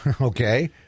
Okay